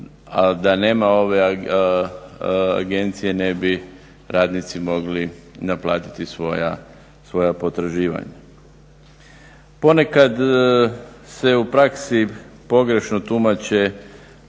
a da nema ove agencije ne bi radnici mogli naplatiti svoja potraživanja. Ponekad se u praksi pogrešno tumače